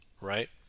right